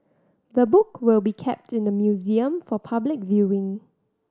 the book will be kept in the museum for public viewing